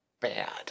bad